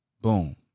Boom